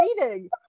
reading